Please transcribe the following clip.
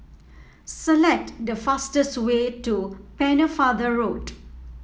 select the fastest way to Pennefather Road